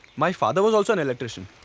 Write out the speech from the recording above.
my father was also an electrician.